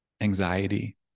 anxiety